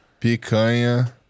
Picanha